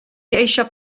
eisiau